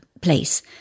place